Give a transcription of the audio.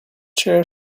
chair